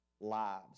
lives